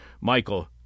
Michael